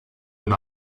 and